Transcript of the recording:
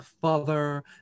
father